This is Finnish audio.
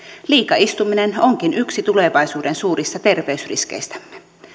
liika istuminen onkin yksi tulevaisuuden suurista terveysriskeistämme